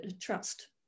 trust